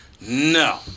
No